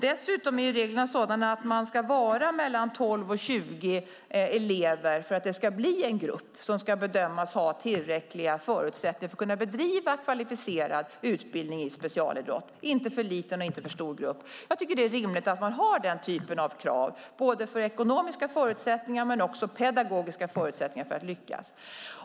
Dessutom är reglerna sådana att det ska vara mellan 12 och 20 elever för att det ska bli en grupp som ska bedömas ha tillräckliga förutsättningar för att man ska kunna bedriva kvalificerad utbildning i specialidrott. Gruppen ska inte vara för liten och inte för stor. Jag tycker att det är rimligt att man har den typen av krav, både för ekonomiska förutsättningar och för att det ska finnas pedagogiska förutsättningar att lyckas.